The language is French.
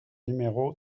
numéro